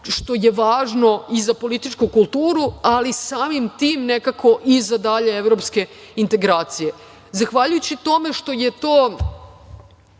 što je važno i za političku kulturu, ali samim tim nekako i za dalje evropske integracije. Zahvaljujući tome što je to